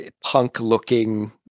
punk-looking